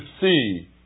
see